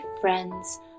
friends